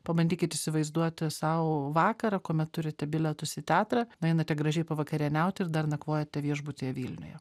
pabandykit įsivaizduoti sau vakarą kuomet turite bilietus į teatrą nueinate gražiai pavakarieniauti ir dar nakvojate viešbutyje vilniuje